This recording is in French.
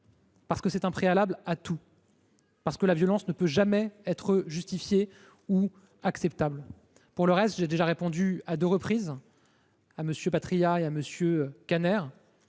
Parce que c’est un préalable à tout, parce que la violence ne peut jamais être justifiée ou acceptable. Pour le reste, j’ai déjà répondu à deux reprises, à MM. François Patriat